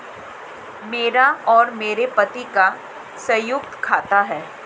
मेरा और मेरे पति का संयुक्त खाता है